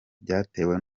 byatewe